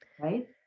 right